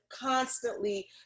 constantly